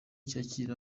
cyakira